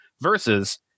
versus